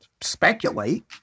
speculate